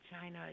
China